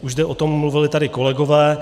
Už zde o tom mluvili tady kolegové.